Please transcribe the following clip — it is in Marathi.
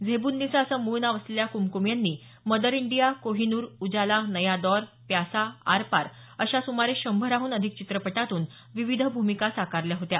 झेबुन्निसा असं मूळ नाव असलेल्या कुमकुम यांनी मदर इंडिया कोहिनूर उजाला नया दौर प्यासा आरपार अशा सुमारे शंभराहून अधिक चित्रपटांतून विविध भूमिका साकारल्या होत्या